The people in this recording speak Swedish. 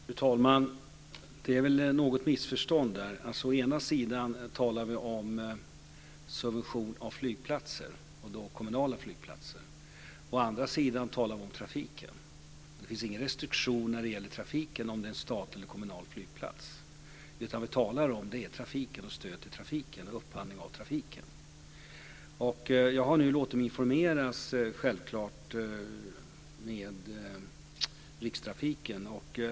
Fru talman! Det är väl något missförstånd här. Å ena sidan talar vi om subvention av kommunala flygplatser, å andra sidan talar vi om trafiken. Det finns ingen restriktion när det gäller trafiken utifrån huruvida det är en statlig eller kommunal flygplats, utan det vi talar om är trafiken, stöd till trafiken och upphandling av trafiken. Jag har nu låtit mig informeras av Rikstrafiken.